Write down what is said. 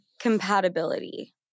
compatibility